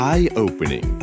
Eye-opening